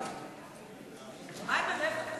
גברתי, לרשותך.